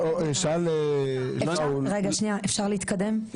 רגע שנייה, אפשר להתקדם?